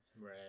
Right